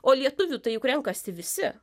o lietuvių tai juk renkasi visi